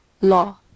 law